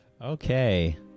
okay